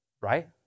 Right